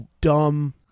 dumb